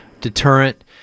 deterrent